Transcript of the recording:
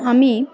আমি